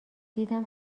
دیدم